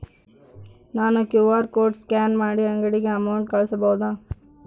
ನಾನು QR code scan ಮಾಡಿ ಅಂಗಡಿಗೆ ಅಮೌಂಟ್ ಕಳಿಸಬಹುದಾ?